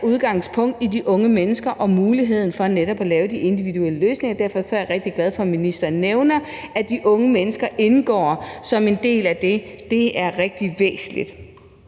udgangspunkt i de unge mennesker og muligheden for netop at lave de individuelle løsninger. Derfor er jeg rigtig glad for, at ministeren nævner, at de unge mennesker indgår som en del af det. Det er rigtig væsentligt.